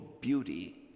beauty